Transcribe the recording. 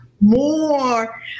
more